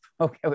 okay